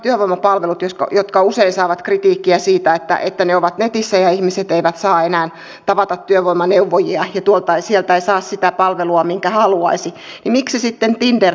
kun vaikkapa ne työvoimapalvelut usein saavat kritiikkiä siitä että ne ovat netissä ja ihmiset eivät saa enää tavata työvoimaneuvojia ja sieltä ei saa sitä palvelua minkä haluaisi niin miksi sitten tinder treffit toimivat